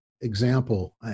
example